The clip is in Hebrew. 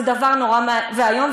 זה דבר נורא ואיום,